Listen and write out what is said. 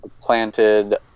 planted